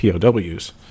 POWs